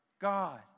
God